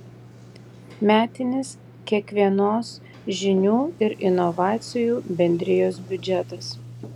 metinis kiekvienos žinių ir inovacijų bendrijos biudžetas